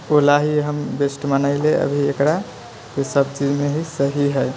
ओला ही हम बेस्ट मानै हिलै अभी एकरा ईसब चीजमे ही सही हइ